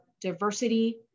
diversity